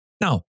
Now